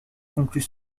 conclut